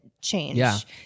change